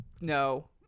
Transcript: No